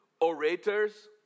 orators